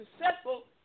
successful